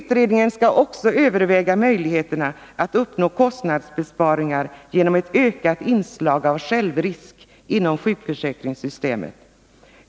Utredningen skall också överväga möjligheterna att uppnå kostnadsbesparingar genom ett ökat inslag av självrisk inom sjukförsäkringssystemet.